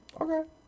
Okay